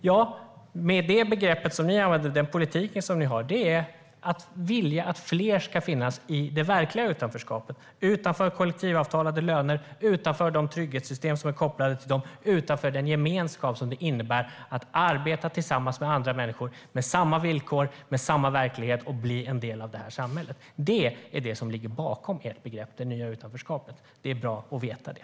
Ja, med den politik som ni har är det att vilja att fler ska finnas i det verkliga utanförskapet, utanför kollektivavtalade löner, utanför de trygghetssystem som är kopplade till dem, utanför den gemenskap som det innebär att arbeta tillsammans med andra människor med samma villkor och med samma verklighet och bli en del av samhället. Det är vad som ligger bakom ert begrepp "det nya utanförskapet". Det är bra att veta det.